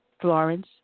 Florence